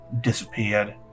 disappeared